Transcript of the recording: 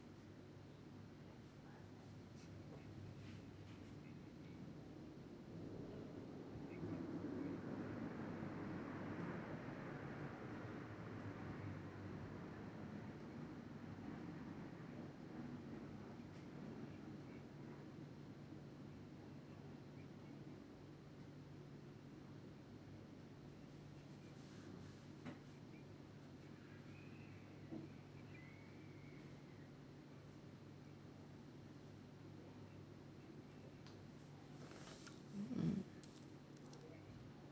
mm